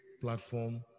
platform